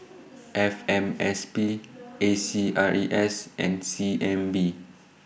F M S P A C R E S and C N B